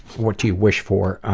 what do you wish for? um,